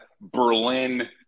berlin